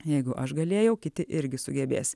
jeigu aš galėjau kiti irgi sugebės